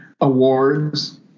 awards